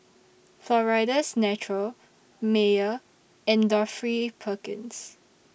Florida's Natural Mayer and Dorothy Perkins